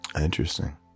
Interesting